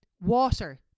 Water